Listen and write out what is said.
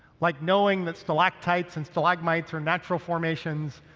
like knowing that stalactites and stalagmites are natural formations,